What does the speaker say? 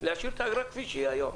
להשאיר את האגרה כפי שהיא היום?